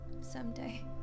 someday